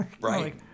Right